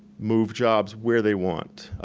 move jobs where they want,